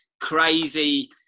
crazy